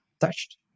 touched